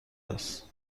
است